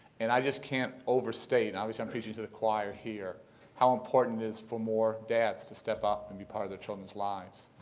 and i just can't overstate and obviously i'm preaching to the choir here how important it is for more dads to step up and be part of their children's lives.